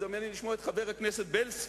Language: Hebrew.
הזדמן לי לשמוע את חבר הכנסת בילסקי,